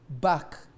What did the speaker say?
back